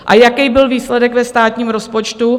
A jaký byl výsledek ve státním rozpočtu?